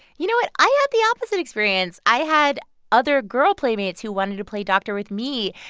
you know what? i had the opposite experience. i had other girl playmates who wanted to play doctor with me.